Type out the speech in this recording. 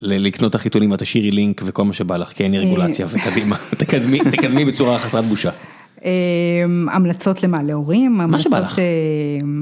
לקנות את החיתולים, את תשאירי לינק וכל מה שבא לך, כי אין לי רגולציה וקדימה, תקדמי בצורה חסרת בושה. המלצות למה, להורים? מה שבא לך.